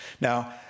Now